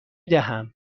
دهم